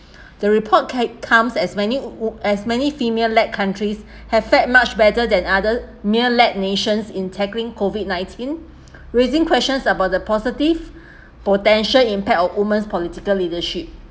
the report ca~ comes as many as many female led countries have fared much better than other male led nations in tackling COVID nineteen raising questions about the positive potential impact of women's political leadership